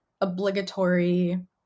obligatory